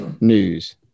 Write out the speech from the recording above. news